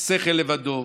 "השכל לבדו,